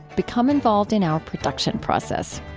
become involved in our production process